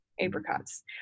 Apricots